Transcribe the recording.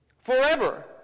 Forever